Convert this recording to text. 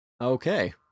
Okay